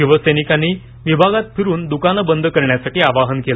शिवसैनिकांनी विभागात फिरून दुकाने बंद करण्यासाठी आवाहन केलं